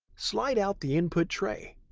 slide out the input tray.